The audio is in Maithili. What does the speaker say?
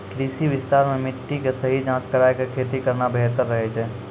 कृषि विस्तार मॅ मिट्टी के सही जांच कराय क खेती करना बेहतर रहै छै